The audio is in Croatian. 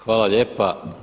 Hvala lijepa.